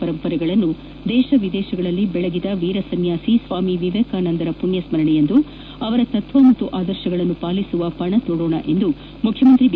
ಪರಂಪರೆಗಳನ್ನು ದೇತ ವಿದೇಶಗಳಲ್ಲಿ ಬೆಳಗಿದ ವೀರ ಸನ್ಮಾಸಿ ಸ್ವಾಮಿ ವಿವೇಕಾನಂದ ಅವರ ಪುಣ್ಯಸ್ಕರಣೆಯಂದು ಅವರ ತತ್ತ್ವ ಮತ್ತು ಅದರ್ಶಗಳನ್ನು ಪಾಲಿಸುವ ಪಣ ತೊಡೋಣ ಎಂದು ಮುಖ್ಯಮಂತ್ರಿ ಬಿ